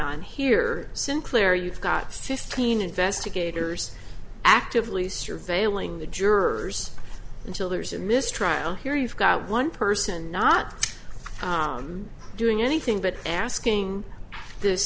on here sinclair you've got fifteen investigators actively surveilling the jurors until there's a mistrial here you've got one person not doing anything but asking this